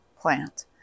plant